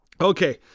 Okay